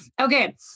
Okay